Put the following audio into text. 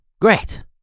Great